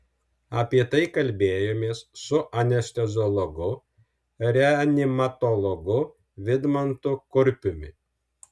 apie tai kalbėjomės su anesteziologu reanimatologu vidmantu kurpiumi